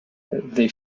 they